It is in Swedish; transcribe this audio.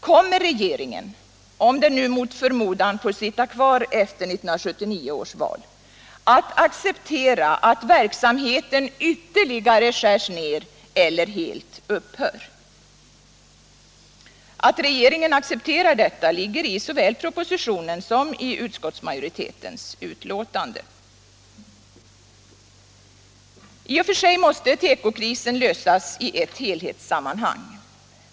Kommer regeringen - om den nu mot förmodan får sitta kvar efter 1979 års val — att acceptera att verksamheten ytterligare skärs ned eller helt upphör? Att regeringen accep terar detta ligger såväl i propositionen som i utskottsmajoritetens skrivning i betänkandet. I och för sig måste tekokrisen lösas i ett helhetssammanhang.